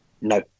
No